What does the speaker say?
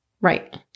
Right